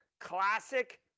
classic